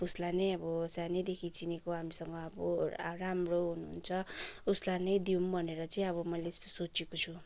उसलाई नै अब सानैदेखि चिनेको हामीसँग अब राम्रो हुनुहुन्छ उसलाई नै दिउँ भनेर चाहिँ अब मैले सोचेको छु